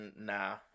nah